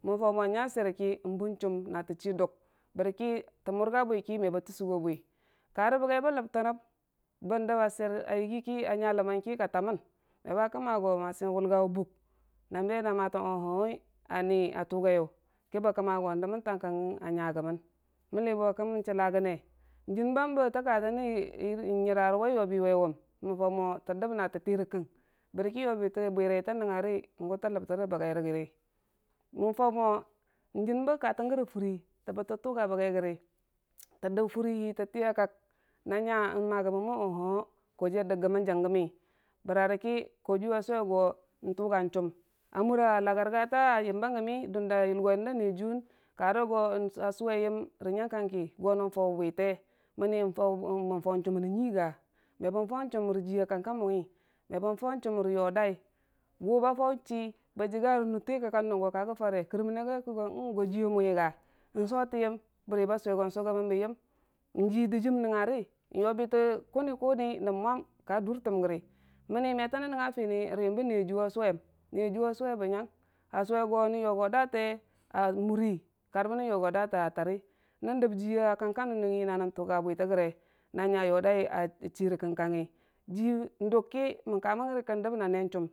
Mən fau mo nya sweir ki n'buwe chum, na tə chi dug,. tə murga bwi me ba tʊsʊgo, ka bagfi bə lʊgtərəm, bən digga sweir a yigi ki ka tammən me ba kəmma go masi n'wulgawi bʊg na matən ohoyoi a nii a tugaiyai, ki be kəmma go dəmməntong ka kəng a nya gəmən, mənmibo kəmən chilla gənne jim bambe tə ka tənən nyəra wai yobi wai wum, mən faumo natə dəb natə tirə kəng, bəra ki yobi bwerai tə nəngngari gu tə lʊgtə baggi rəgi, mənfau mo jin bətə katənnən furi bətə tuga bagi rəggən tə dəb furihi tə tiya kang na nya n'magəmmən mo ohoyoi kojiyu a dəggəmmən jangəmi bəraki kotiiyu a suwe go tuga chʊm a mura lagərgata yər a gəyəmmi a, dʊndə yulgoi da niiyajiiyuwunn karə go a suwe yəm rə nyənkeki go nən fau bwite mənni mən fau chum nən nyui ga, me bən fau chum rə jiiya kangkamʊngni mebən fau chum rə yodaai gu ba fau chi bə jiga nən nutte kəkka nung go ka gə fare, kərmənna gai ku go jii wamən wuga, n'sotən yəm bəri ba suwe go sugəməmn bə yəm, ji dɨjiim nəngngari, yobitə kʊni- kʊni nəb mwam ka dʊr təm rəgi mənni me tənən nəngnga fini rə yəmbə niijiiyu a suwem miijiiyu a sube nyang, a suwe go nən yogo date, a muri kar bənən yogo date a tari nən dəb jiiya kangka nənnəngngi na nən tʊga bwitə rəge, na nya yodai a chii rə kəgkagngi jii n'dʊgki ka mən rəgi ki n' dəb na ne chum.